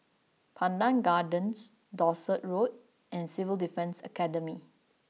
Pandan Gardens Dorset Road and Civil Defence Academy